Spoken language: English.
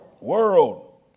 world